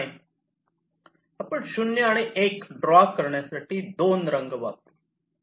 आपण 0 आणि 1 ड्रॉ करण्यासाठी दोन रंग वापरू